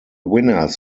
winners